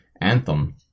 Anthem